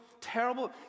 terrible